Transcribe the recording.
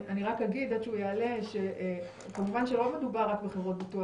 רק אגיד שלא מדובר רק בחברות ביטוח,